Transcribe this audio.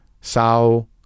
Sao